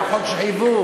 היה חוק שחייבו.